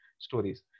stories